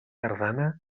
tardana